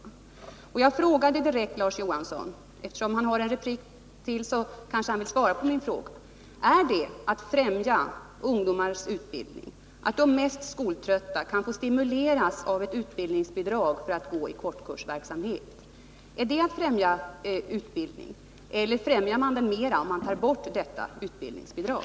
Jag ställde en direkt fråga till Larz Johansson, och eftersom han har en replik kvar kanske han vill svara på min fråga: Är det att främja ungdomars utbildning att de mest skoltrötta kan få stimuleras av ett utbildningsbidrag för att gå i kortkursverksamhet? Eller främjar man utbildningen mer genom att ta bort detta utbildningsbidrag?